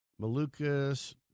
Malukas